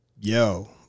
Yo